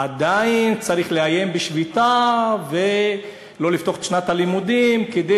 עדיין צריך לאיים בשביתה ולא לפתוח את שנת הלימודים כדי